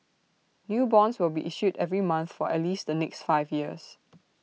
new bonds will be issued every month for at least the next five years